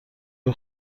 های